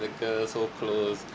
a girl so close